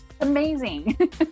amazing